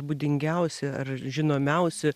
būdingiausi ar žinomiausi